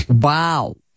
Wow